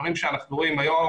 דברים שאנחנו רואים היום,